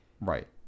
right